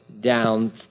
down